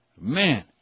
Man